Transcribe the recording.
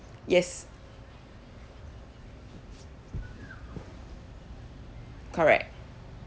yes correct